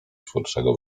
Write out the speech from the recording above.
twórczego